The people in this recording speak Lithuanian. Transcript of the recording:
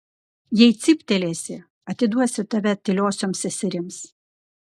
jei cyptelėsi atiduosiu tave tyliosioms seserims